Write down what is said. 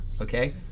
okay